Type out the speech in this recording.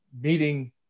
meeting